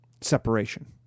Separation